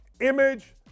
image